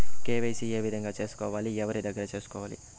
KYC ఏ విధంగా సేసుకోవాలి? ఎవరి దగ్గర సేసుకోవాలి?